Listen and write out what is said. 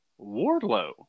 Wardlow